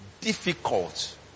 difficult